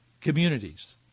communities